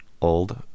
old